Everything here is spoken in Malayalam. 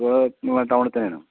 ഇപ്പോൾ ഇങ്ങള് ആ ടൗണിൽ തന്നെയാണോ